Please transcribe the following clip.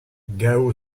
gao